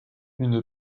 une